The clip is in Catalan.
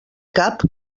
cap